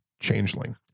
changeling